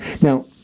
Now